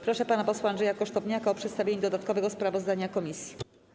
Proszę pana posła Andrzeja Kosztowniaka o przedstawienie dodatkowego sprawozdania komisji.